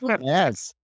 Yes